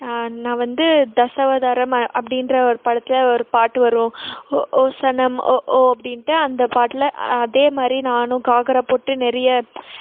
நான் வந்து தசாவதாரம் அ அப்படின்ற ஒரு படத்தில் ஒரு பாட்டு வரும் ஓ ஓ ஸனம் ஓ ஓ அப்படின்ட்டு அந்த பாட்டில் அதேமாதிரி நானும் காக்ரா போட்டு நிறைய